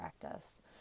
practice